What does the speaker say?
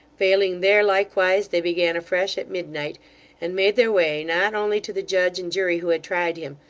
failing there, likewise, they began afresh at midnight and made their way, not only to the judge and jury who had tried him,